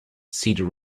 cedar